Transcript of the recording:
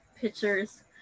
pictures